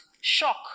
shock